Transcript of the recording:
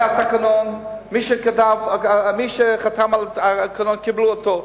היה תקנון, מי שחתם על התקנון, קיבלו אותו.